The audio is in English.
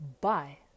Bye